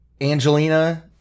Angelina